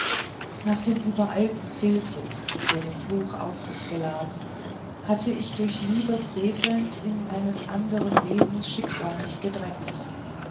nach dem übereilten fehltritt der den fluch auf mich geladen hatt ich durch liebe frevelnd in eines andern wesens schicksal mich gedrängt